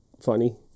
funny